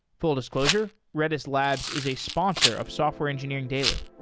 full disclosure redis labs is a sponsor of software engineering daily